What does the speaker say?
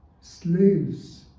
Slaves